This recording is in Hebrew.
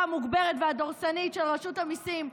המוגברת והדורסנית של רשות המיסים,